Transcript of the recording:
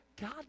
God